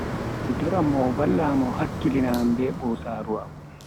Mi toran mo o valla am o hakkilina am be bosaaru am.